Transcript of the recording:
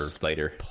later